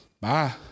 Bye